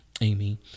Amy